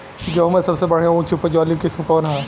गेहूं में सबसे बढ़िया उच्च उपज वाली किस्म कौन ह?